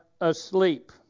asleep